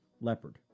leopard